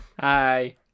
Hi